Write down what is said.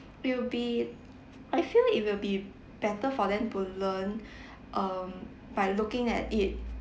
feel a bit I feel it will be better for them to learn um by looking at it